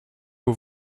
aux